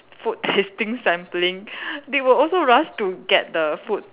food tasting sampling they will also rush to get the food